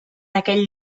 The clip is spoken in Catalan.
aquell